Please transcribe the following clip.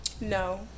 No